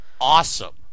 awesome